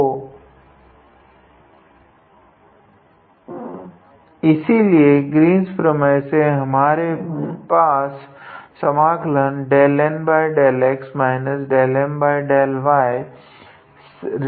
तो इसलिए ग्रीन्स प्रमेय से हमारे पास है